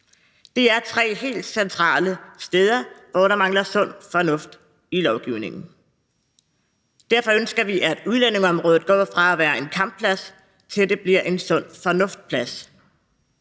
Det er tre helt centrale steder, hvor der mangler sund fornuft i lovgivningen. Derfor ønsker vi, at udlændingeområdet går fra at være en kampplads til at blive en sund fornuft-plads.